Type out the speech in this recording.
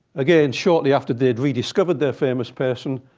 again, shortly after they had rediscovered their famous person.